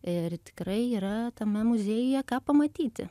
ir tikrai yra tame muziejuje ką pamatyti